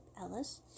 Ellis